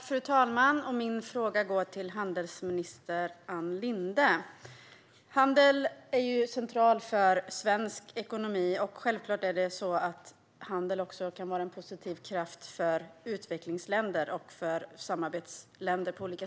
Fru talman! Min fråga går till handelsminister Ann Linde. Handel är ju centralt för svensk ekonomi, och självklart kan handel också på olika sätt vara en positiv kraft för utvecklings och samarbetsländer.